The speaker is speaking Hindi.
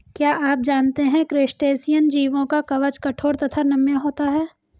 क्या आप जानते है क्रस्टेशियन जीवों का कवच कठोर तथा नम्य होता है?